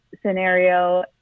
scenario